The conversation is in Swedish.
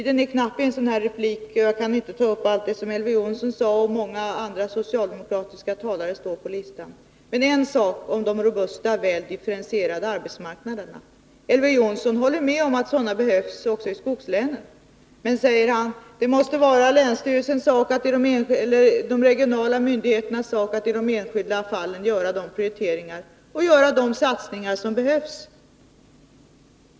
Repliktiden är knapp; jag kan inte ta upp allt som Elver Jonsson sade, och många andra socialdemokratiska talare står på talarlistan. Jag skall bara säga några ord om de robusta, väl differentierade arbetsmarknaderna. Elver Jonsson håller med om att sådana behövs också i skogslänen men säger att det måste vara de regionala myndigheternas sak att i de enskilda fallen göra de prioriteringar och satsningar som behövs.